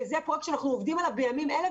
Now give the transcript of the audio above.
וזה פרויקט שאנחנו עובדים עליו בימים אלה.